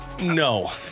No